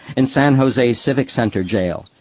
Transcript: in san jose civic centre jail,